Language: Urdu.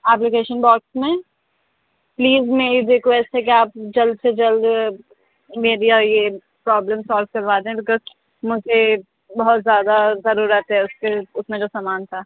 اپلیکیشن باکس میں پلیز میری ریکویسٹ ہے کہ آپ جلد سے جلد میری یہ پروبلم سولُو کروا دیں بکاز مجھے بہت زیادہ ضرورت ہے اُس کے اُس میں جو سامان تھا